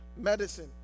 Medicine